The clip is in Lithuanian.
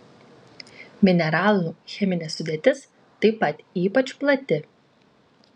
mineralų cheminė sudėtis taip pat ypač plati